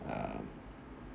uh